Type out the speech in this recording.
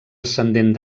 ascendent